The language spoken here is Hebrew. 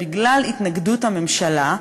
בגלל התנגדות הממשלה,